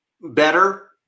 better